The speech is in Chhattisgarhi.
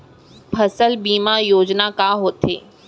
फसल बीमा योजना का होथे?